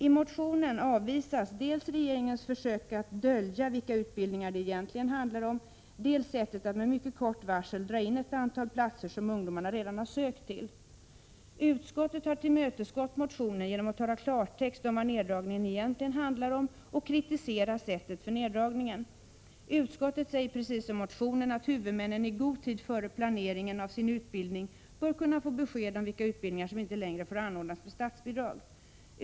I motionen avvisas dels regeringens försök att dölja vilka utbildningar det egentligen handlar om, dels sättet att med mycket kort varsel dra in ett antal platser som ungdomarna redan har sökt till. Utskottet har tillmötesgått motionen genom att tala klartext om vad neddragningen egentligen handlar om och kritiserar sättet för neddragningen. Utskottet säger precis som motionärerna att huvudmännen i god tid före planeringen av sin utbildning bör kunna få besked om vilka utbildningar som inte längre får anordnas med statsbidrag.